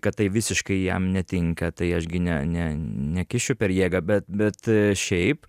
kad tai visiškai jam netinka tai aš gi ne ne nekišiu per jėgą bet bet šiaip